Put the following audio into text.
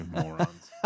morons